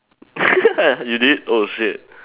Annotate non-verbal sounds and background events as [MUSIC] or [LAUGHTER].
[LAUGHS] you did oh shit